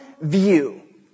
view